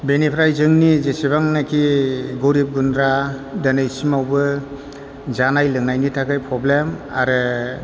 बेनिफ्राय जोंनि जिसिबांनाखि गोरिब गुन्द्रा दिनैसिमावबो जानाय लोंनायनि थाखाय प्रब्लेम आरो